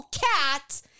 cat